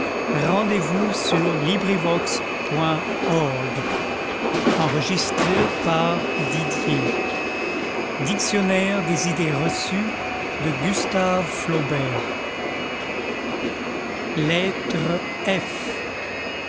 project gutenberg's dictionnaire des idées reçues by gustave